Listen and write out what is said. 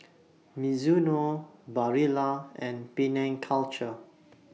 Mizuno Barilla and Penang Culture